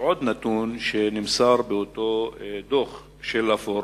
עוד נתון שנמסר באותו דוח של הפורום,